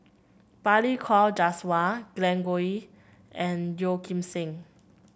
Balli Kaur Jaswal Glen Goei and Yeoh Ghim Seng